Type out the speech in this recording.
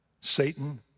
Satan